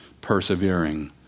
persevering